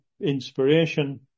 inspiration